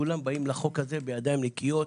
כולם באים לחוק הזה בידיים נקיות.